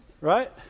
Right